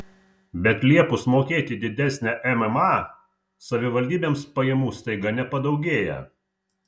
bet liepus mokėti didesnę mma savivaldybėms pajamų staiga nepadaugėja